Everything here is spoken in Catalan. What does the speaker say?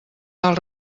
tal